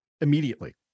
immediately